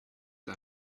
you